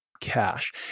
cash